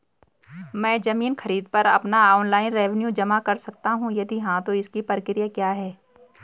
मैं ज़मीन खरीद पर अपना ऑनलाइन रेवन्यू जमा कर सकता हूँ यदि हाँ तो इसकी प्रक्रिया क्या है?